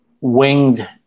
winged